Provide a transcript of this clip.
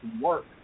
work